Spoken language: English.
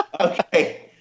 Okay